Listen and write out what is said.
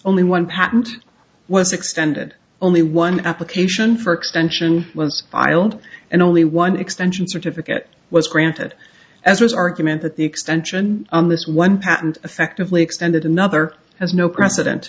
only one patent was extended only one application for extension was island and only one extension certificate was granted as was argument that the extension on this one patent effectively extended another has no precedent